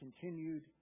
continued